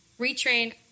retrain